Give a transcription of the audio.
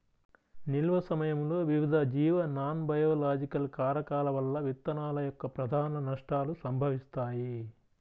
నిల్వ సమయంలో వివిధ జీవ నాన్బయోలాజికల్ కారకాల వల్ల విత్తనాల యొక్క ప్రధాన నష్టాలు సంభవిస్తాయి